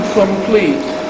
complete